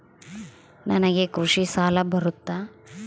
ನನಗೆ ಕೃಷಿ ಸಾಲ ಬರುತ್ತಾ?